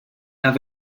have